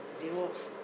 they was